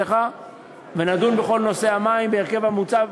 אצלך ונדון בכל נושא המים בהרכב המוצע?